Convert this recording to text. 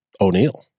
O'Neill